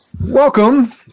Welcome